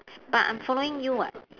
but I'm following you [what]